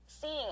seeing